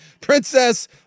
Princess